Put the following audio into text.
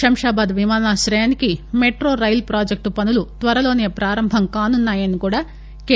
శంషాబాద్ విమానాశ్రయానికి metro rail ప్రాజెక్లు పనులు త్వరలోసే ప్రారంభం కానున్నా యని కూడా కె